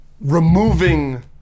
removing